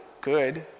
good